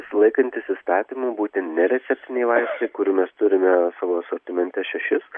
laikantis įstatymų būtent nereceptiniai vaistai kurių mes turime savo asortimente šešis